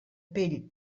pell